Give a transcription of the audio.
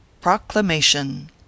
proclamation